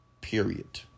period